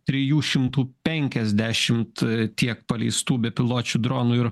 trijų šimtų penkiasdešimt tiek paleistų bepiločių dronų ir